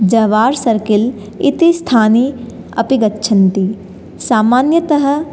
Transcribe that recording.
Jawahar circle इति स्थाने अपि गच्छन्ति सामान्यतः